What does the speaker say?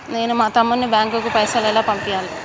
నేను మా తమ్ముని బ్యాంకుకు పైసలు ఎలా పంపియ్యాలి?